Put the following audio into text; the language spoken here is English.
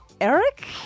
Eric